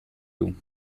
you